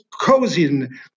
cousin